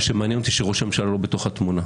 מה שמעניין אותי שראש הממשלה לא בתמונה,